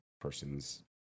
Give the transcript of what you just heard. person's